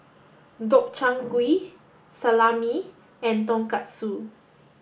Gobchang Gui Salami and Tonkatsu